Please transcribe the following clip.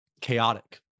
chaotic